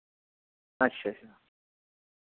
अच्छा अच्छा